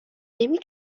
نمی